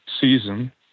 season